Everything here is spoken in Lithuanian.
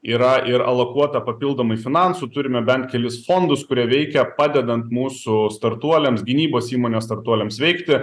yra ir alokuota papildomai finansų turime bent kelis fondus kurie veikia padedant mūsų startuoliams gynybos įmonių startuoliams veikti